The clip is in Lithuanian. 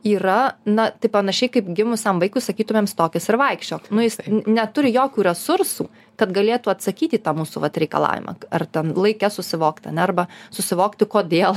yra na taip panašiai kaip gimusiam vaikui sakytumėm stokis ir vaikščiok nu jis neturi jokių resursų kad galėtų atsakyti į tą mūsų vat reikalavimą ar ten laike susivokt ane arba susivokti kodėl